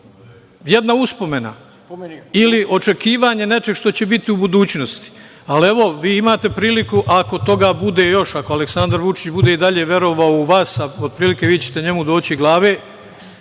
jedna uspomena ili očekivanje nečeg što će biti u budućnosti. Ali, evo, vi imate priliku, ako toga bude još, ako Aleksandar Vučić bude i dalje verovao u vas, a otprilike vi ćete njemu doći glave,